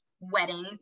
weddings